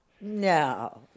No